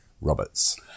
Roberts